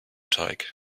teig